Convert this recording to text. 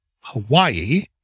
Hawaii